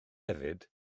hefyd